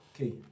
okay